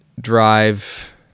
drive